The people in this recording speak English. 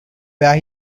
where